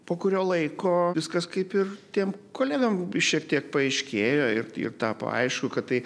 po kurio laiko viskas kaip ir tiem kolegom šiek tiek paaiškėjo ir ir tapo aišku kad tai